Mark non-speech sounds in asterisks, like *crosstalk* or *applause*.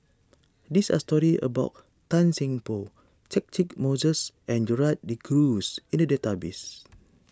these are stories about Tan Seng Poh Catchick Moses and Gerald De Cruz in the database *noise*